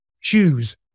choose